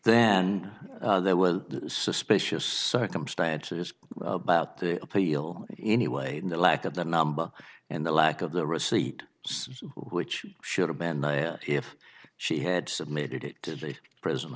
then there were suspicious circumstances about the appeal anyway the lack of the number and the lack of the receipt which should have been if she had submitted it to the pr